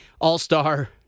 all-star